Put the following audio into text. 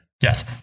Yes